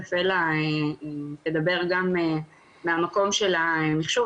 תיכף אלה תדבר גם מהמקום של המחשוב,